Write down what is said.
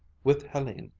with helene,